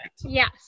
yes